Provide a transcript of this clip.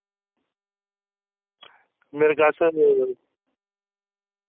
मेरे कच्छ